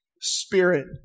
spirit